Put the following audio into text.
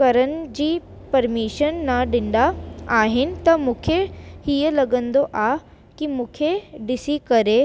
करण जी परमीशन न ॾींदा आहिनि त मूंखे हीअं लॻंदो आहे की मूंखे ॾिसी करे